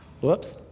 Whoops